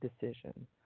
decision